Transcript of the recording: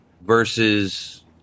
Versus